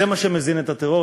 זה מה שמזין את הטרור,